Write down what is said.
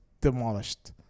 demolished